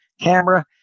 camera